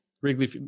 Wrigley